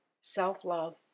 self-love